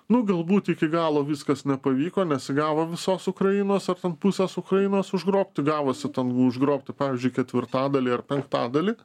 nu galbūt iki galo viskas nepavyko nesigavo visos ukrainos ar ten pusės ukrainos užgrobti gavosi ten užgrobti pavyzdžiui ketvirtadalį ar penktadalį